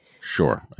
Sure